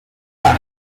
جامعه